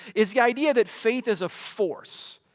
is the idea that faith is a force,